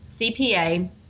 CPA